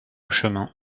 chemin